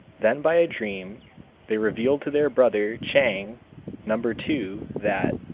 then by a dream they revealed to their brother chang number two that,